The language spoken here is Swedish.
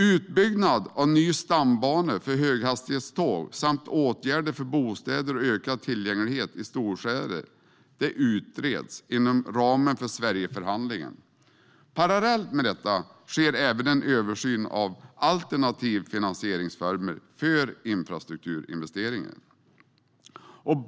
Utbyggnad av en ny stambana för höghastighetståg samt åtgärder för bostäder och ökad tillgänglighet i storstäder utreds inom ramen för Sverigeförhandlingen. Parallellt med detta sker en översyn av alternativa finansieringsformer för infrastrukturinvesteringar.